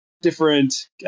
different